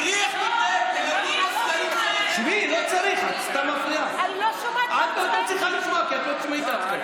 את לא צריכה לשמוע, כי את לא תשמעי את עצמך.